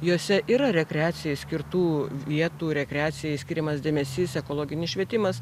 jose yra rekreacijai skirtų vietų rekreacijai skiriamas dėmesys ekologinis švietimas